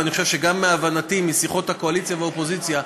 ואני חושב שגם מהבנתי משיחות הקואליציה והאופוזיציה,